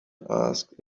asked